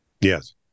Yes